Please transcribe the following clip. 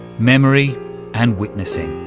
memory and witnessing.